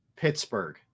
pittsburgh